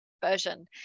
version